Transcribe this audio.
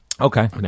Okay